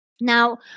Now